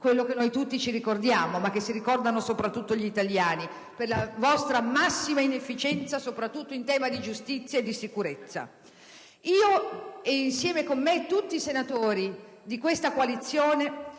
quello che noi tutti ricordiamo, ma che si ricordano soprattutto gli italiani per la sua massima inefficienza, soprattutto in tema di giustizia e di sicurezza. Io, e insieme con me tutti i senatori di questa coalizione,